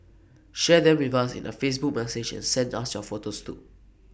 share them with us in A Facebook message and send us your photos too